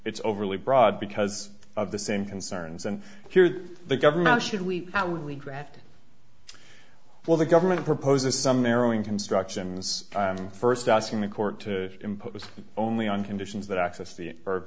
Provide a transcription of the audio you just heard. it's overly broad because of the same concerns and here's the government should we how we draft well the government proposes some narrowing constructions first asking the court to impose only on conditions that access the